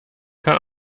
kann